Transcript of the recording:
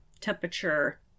temperature